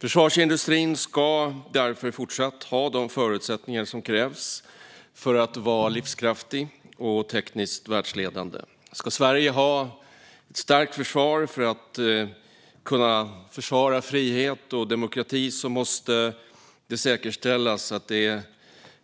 Försvarsindustrin ska därför även i fortsättningen ha de förutsättningar som krävs för att vara livskraftig och tekniskt världsledande. Ska Sverige ha ett starkt försvar och kunna försvara frihet och demokrati måste det säkerställas att den